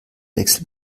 wechsel